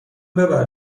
ببر